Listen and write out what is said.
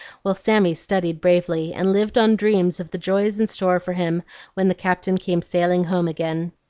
while sammy studied bravely, and lived on dreams of the joys in store for him when the captain came sailing home again.